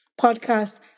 podcast